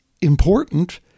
important